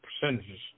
percentages